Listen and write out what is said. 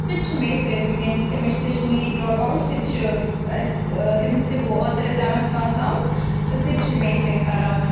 سُہ تہِ چھُ مے سۭتۍ وٕنکیٚنَس تٔمِس چھِ تہِ چھِ نیٖٹ ڈرٛاپ آوُٹ سُہ تہِ چھِ اَسہِ تٔمِس تہِ گوٚو اوترٕ اِلیٚوَنتھ پاس آوُٹ تہٕ سُہ تہِ چھ مےٚ سۭتۍ پَران